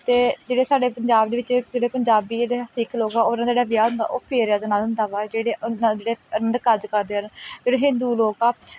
ਅਤੇ ਜਿਹੜੇ ਸਾਡੇ ਪੰਜਾਬ ਦੇ ਵਿੱਚ ਇੱਕ ਜਿਹੜੇ ਪੰਜਾਬੀ ਜਿਹੜੇ ਹੈ ਸਿੱਖ ਲੋਕ ਆ ਉਹਨਾਂ ਦਾ ਜਿਹੜਾ ਵਿਆਹ ਹੁੰਦਾ ਉਹ ਫੇਰਿਆਂ ਦੇ ਨਾਲ ਹੁੰਦਾ ਵਾ ਜਿਹੜੇ ਨਾਲ ਜਿਹੜੇ ਆਨੰਦ ਕਾਰਜ ਕਰਦੇ ਹਨ ਜਿਹੜੇ ਹਿੰਦੂ ਲੋਕ ਆ